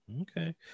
Okay